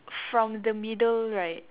from the middle right